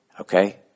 okay